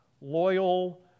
loyal